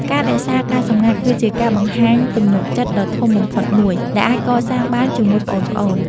ការរក្សាការសម្ងាត់គឺជាការបង្ហាញទំនុកចិត្តដ៏ធំបំផុតមួយ ដែលអាចកសាងបានជាមួយប្អូនៗ។